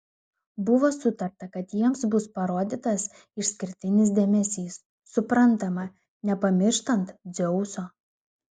buvo sutarta kad jiems bus parodytas išskirtinis dėmesys suprantama nepamirštant dzeuso